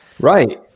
Right